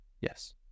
Yes